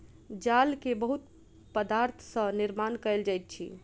जाल के बहुत पदार्थ सॅ निर्माण कयल जाइत अछि